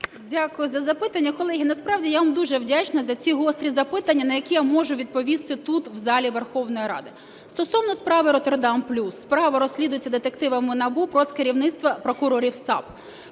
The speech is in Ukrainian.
Дякую за запитання. Колеги, насправді я вам дуже вдячна за ці гострі запитання, на які я можу відповісти тут в залі Верховної Ради. Стосовно справи "Роттердам плюс", справа розслідується детективами НАБУ, проц. керівництво прокурорів САП.